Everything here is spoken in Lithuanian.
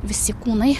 visi kūnai